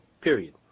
Period